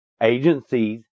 agencies